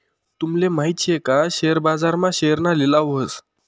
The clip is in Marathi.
तूमले माहित शे का शेअर बाजार मा शेअरना लिलाव व्हस